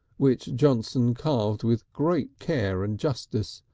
which johnson carved with great care and justice,